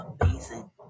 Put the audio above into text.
amazing